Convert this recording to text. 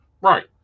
Right